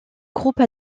groupe